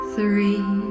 Three